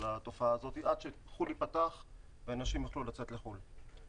התופעה הזאת עד שהגבול ייפתח ואנשים יוכלו לצאת לחו"ל.